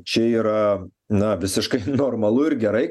čia yra na visiškai normalu ir gerai